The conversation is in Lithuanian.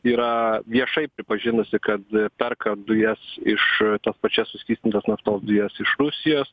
yra viešai pripažinusi kad perka dujas iš tos pačios suskystintos naftos dujas iš rusijos